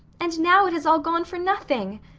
and now it has all gone for nothing.